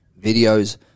videos